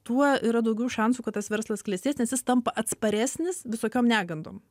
tuo yra daugiau šansų kad tas verslas klestės nes jis tampa atsparesnis visokiom negandom